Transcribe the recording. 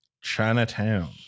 chinatown